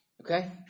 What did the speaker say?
okay